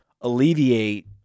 alleviate